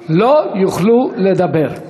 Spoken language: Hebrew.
איננו,